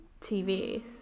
TV